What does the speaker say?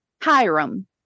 Hiram